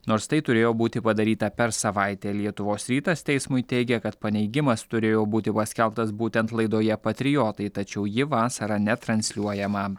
nors tai turėjo būti padaryta per savaitę lietuvos rytas teismui teigė kad paneigimas turėjo būti paskelbtas būtent laidoje patriotai tačiau ji vasarą netransliuojama